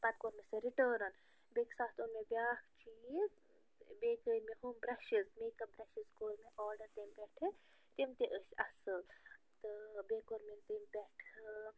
پتہٕ کوٚر مےٚ سُہ رِٹٲرٕن بیٚکہِ سات اوٚن مےٚ بیٛاکھ چیٖز بیٚیہِ کٔرۍ مےٚ ہُم برٛٮ۪شٕز میکپ برٛٮ۪شٕز کوٚر مےٚ آرڈر تَمہِ پٮ۪ٹھٕ تِم تہِ ٲسۍ اصٕل تہٕ بیٚیہِ کوٚر مےٚ تَمہِ پٮ۪ٹھٕ